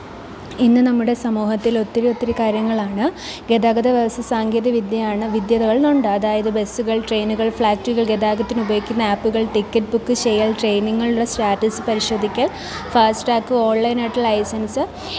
ഇന്ന് നമ്മുടെ സമൂഹത്തിൽ ഒത്തിരി ഒത്തിരി കാര്യങ്ങളാണ് ഗതാഗത വ്യവസ്ഥ സാങ്കേതിക വിദ്യയാണ് വിദ്യകളിലുണ്ട് അതായത് ബസുകള് ട്രെയിനുകള് ഫ്ലാറ്റുകള് ഗതാഗത്തിന് ഉപയോഗിക്കുന്ന ആപ്പുകള് ടിക്കറ്റ് ബുക്ക് ചെയ്യല് ട്രെയിനുകളുടെ സ്റ്റാറ്റസ് പരിശോധിക്കല് ഫാസ്ട്രാക്ക് ഓണ്ലൈൻ ആയിട്ട് ലൈസന്സ്